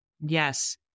Yes